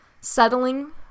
settling